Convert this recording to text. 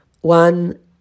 One